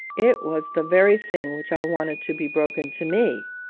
it was the very thing which i wanted to be broken to me!